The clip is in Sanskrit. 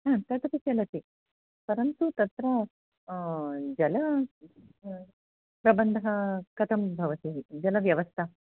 तदपि चलति परन्तु तत्र जलप्रबन्धः कथं भवति जलव्यवस्था